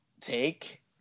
take